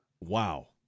wow